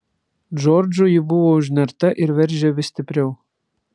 džordžui ji buvo užnerta ir veržė vis stipriau